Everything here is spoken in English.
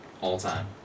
all-time